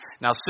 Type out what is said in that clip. Now